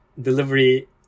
delivery